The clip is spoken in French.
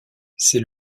c’est